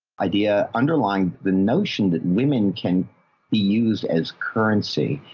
idea underlying the notion that women can be used as currency.